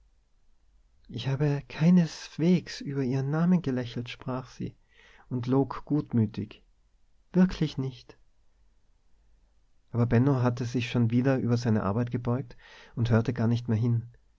ich habe keineswegs über ihren namen gelächelt sprach sie und log gutmütig wirklich nicht aber benno hatte sich schon wieder über seine arbeit gebeugt und hörte gar nicht mehr hin